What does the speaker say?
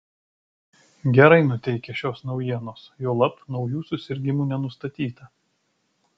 gerai nuteikia šios naujienos juolab naujų susirgimų nenustatyta